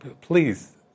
Please